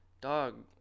Dog